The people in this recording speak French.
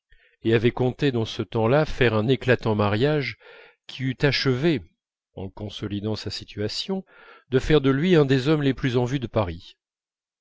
et avait compté dans ce temps-là faire un éclatant mariage qui eût achevé en consolidant sa situation de faire de lui un des hommes les plus en vue de paris